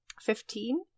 Fifteen